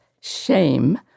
shame